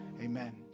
Amen